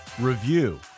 review